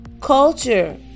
culture